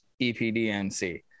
epdnc